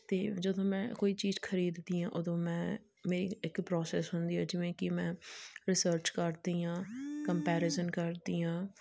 ਅਤੇ ਜਦੋਂ ਮੈਂ ਕੋਈ ਚੀਜ਼ ਖਰੀਦਦੀ ਹਾਂ ਉਦੋਂ ਮੈਂ ਮੇਨ ਇੱਕ ਪ੍ਰੋਸੈਸ ਹੁੰਦੀ ਹੈ ਜਿਵੇਂ ਕਿ ਮੈਂ ਰਿਸਰਚ ਕਰਦੀ ਹਾਂ ਕੰਪੈਰੀਜ਼ਨ ਕਰਦੀ ਹਾਂ